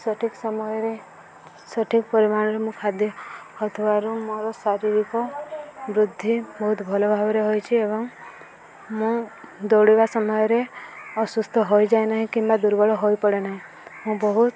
ସଠିକ ସମୟରେ ସଠିକ ପରିମାଣରେ ମୁଁ ଖାଦ୍ୟ ଖାଉଥିବାରୁ ମୋର ଶାରୀରିକ ବୃଦ୍ଧି ବହୁତ ଭଲ ଭାବରେ ହୋଇଛି ଏବଂ ମୁଁ ଦୌଡ଼ିବା ସମୟରେ ଅସୁସ୍ଥ ହୋଇଯାଏ ନାହିଁ କିମ୍ବା ଦୁର୍ବଳ ହୋଇପଡ଼େ ନାହିଁ ମୁଁ ବହୁତ